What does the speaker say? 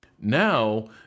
now